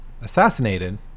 assassinated